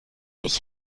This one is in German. ich